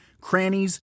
crannies